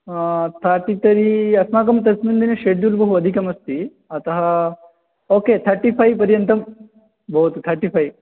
thirty-three अस्माकं तस्मिन् दिने षेड्यूल्ड् बहु अधिकमस्ति अतः ओके थर्टिफै पर्यन्तं भवतु थर्टिफै